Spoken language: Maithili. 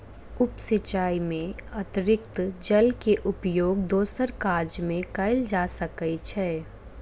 उप सिचाई में अतरिक्त जल के उपयोग दोसर काज में कयल जा सकै छै